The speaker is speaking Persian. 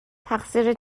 تقصیر